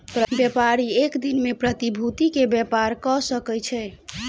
व्यापारी एक दिन में प्रतिभूति के व्यापार कय सकै छै